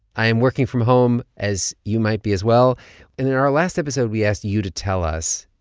i am working from home, as you might be as well. and in our last episode, we asked you to tell us,